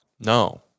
No